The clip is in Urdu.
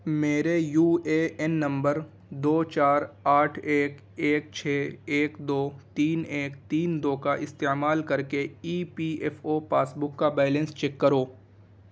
میرے یو اے این نمبر دو چار آٹھ ایک ایک چھ ایک دو تین ایک تین دو کا استعمال کر کے E P F O passbook کا بیلنس چیک کرو